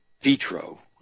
vitro